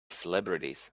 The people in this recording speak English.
celebrities